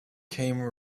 came